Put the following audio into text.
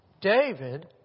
David